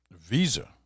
visa